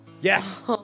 Yes